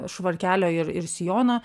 švarkelio ir ir sijono